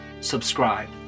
subscribe